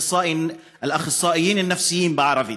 (אומר בערבית: הפסיכולוגים החינוכיים,) בערבית.